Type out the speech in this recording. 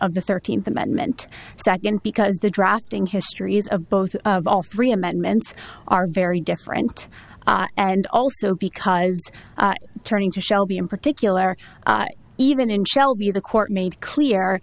of the thirteenth amendment second because the drafting histories of both of all three amendments are very different and also because turning to shelby in particular even in shelby the court made clear